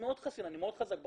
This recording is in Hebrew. מאוד חסין, אני מאוד חזק בחיים.